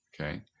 Okay